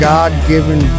God-given